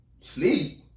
sleep